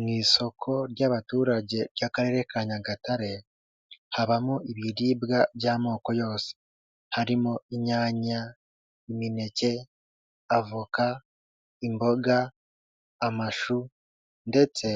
Mu isoko ry'abaturage ry'akarere ka Nyagatare, habamo ibiribwa by'amoko yose, harimo inyanya, imineke, avoka, imboga, amashu ndetse